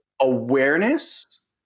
awareness